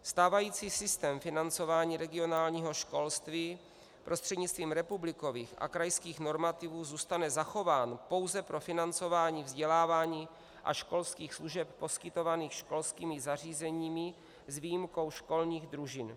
Stávající systém financování regionálního školství prostřednictvím republikových a krajských normativů zůstane zachován pouze pro financování vzdělávání a školských služeb poskytovaných školskými zařízeními, s výjimkou školních družin.